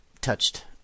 touched